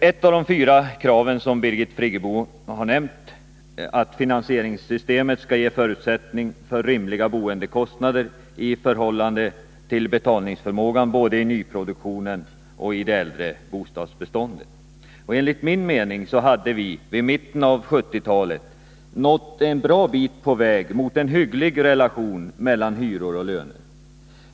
Ett av de fyra krav som Birgit Friggebo har nämnt är att finansieringssystemet skall ge förutsättningar för rimliga boendekostnader i förhållande till betalningsförmågan, både i nyproduktionen och i det äldre bostadsbestån Enligt min mening hade vi vid mitten av 1970-talet nått en bra bit på väg mot en hygglig relation mellan hyror och löner.